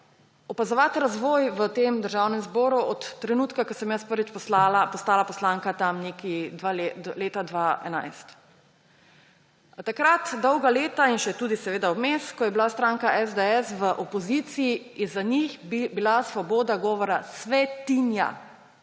opazovati razvoj v Državnem zboru od trenutka, ko sem jaz prvič postala poslanka, tam nekje leta 2011. Takrat je bila dolga leta in še tudi vmes, ko je bila stranka SDS v opoziciji, za njih svoboda govora svetinja.